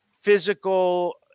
physical